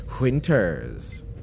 Winters